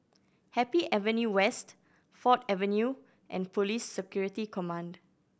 Happy Avenue West Ford Avenue and Police Security Command